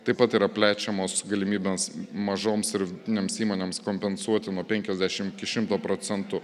taip pat yra plečiamos galimybės mažoms ir vidutinėms įmonėms kompensuoti nuo penkiasdešim iki šimto procentų